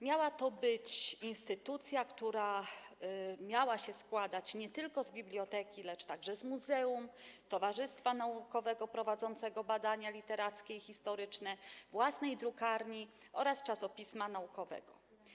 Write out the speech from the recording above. Miała to być instytucja, która miała się składać nie tylko z biblioteki, lecz także z muzeum, towarzystwa naukowego prowadzącego badania literackie i historyczne, własnej drukarni oraz czasopisma naukowego.